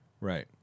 right